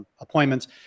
appointments